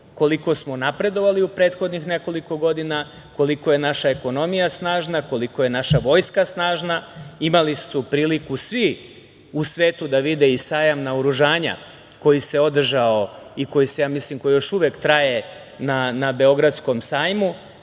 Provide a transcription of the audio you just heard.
koliko smo napredovali prethodnih nekoliko godina, koliko je naša ekonomija snažna, koliko je naša vojska snažna. Imali su priliku svi u svetu da vide i sajam naoružanja koji se održao i koji još uvek traje na Beogradskom sajmu